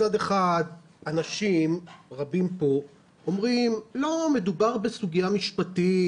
מצד אחד אנשים רבים כאן אומרים שמדובר בסוגיה משפטית,